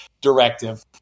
directive